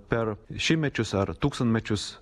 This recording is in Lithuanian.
per šimtmečius ar tūkstantmečius